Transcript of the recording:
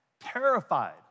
terrified